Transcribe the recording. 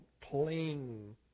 cling